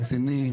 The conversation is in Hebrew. רציני,